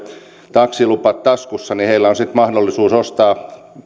taksilupa taskussa on mahdollisuus ostaa